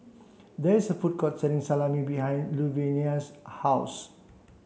there is a food court selling Salami behind Luvenia's house